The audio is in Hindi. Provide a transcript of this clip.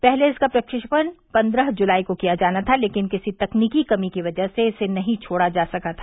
पहले इसका प्रक्षेपण पन्द्रह जुलाई को किया जाना था लेकिन किसी तकनीकी कमी की वजह से इसे नहीं छोड़ा जा सका था